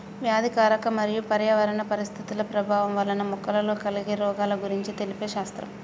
వ్యాధికారక మరియు పర్యావరణ పరిస్థితుల ప్రభావం వలన మొక్కలలో కలిగే రోగాల గురించి తెలిపే శాస్త్రం